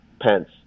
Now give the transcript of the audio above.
Pence